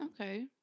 okay